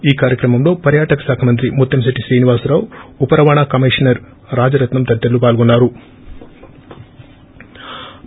ఈ కార్యక్రమంలో పర్యాటక శాఖ మంత్రి ముత్తంశెట్టి శ్రీనివాసరావు ఉప రవాణా కమీషనర్ రాజరత్నం తదితరులు పాల్గొన్సారు